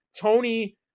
Tony